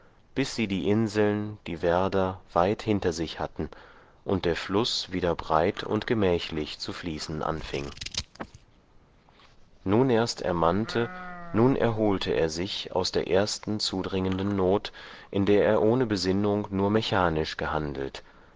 bis sie die inseln die werder weit hinter sich hatten und der fluß wieder breit und gemächlich zu fließen anfing nun erst ermannte nun erholte er sich aus der ersten zudringenden not in der er ohne besinnung nur mechanisch gehandelt